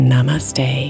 Namaste